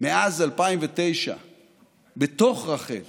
מאז 2009 בתוך רח"ל